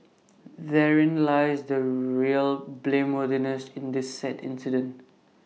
therein lies the real blameworthiness in this sad incident